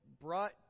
brought